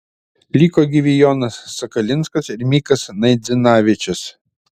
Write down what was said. liko gyvi jonas sakalinskas ir mikas naidzinavičius